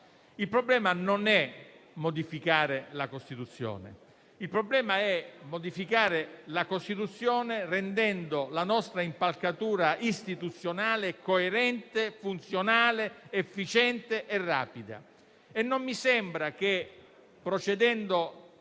Il problema non è modificare la Costituzione, ma farlo rendendo la nostra impalcatura istituzionale coerente, funzionale, efficiente e rapida. Non mi sembra che procedendo